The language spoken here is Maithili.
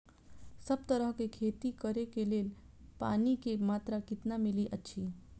सब तरहक के खेती करे के लेल पानी के मात्रा कितना मिली अछि?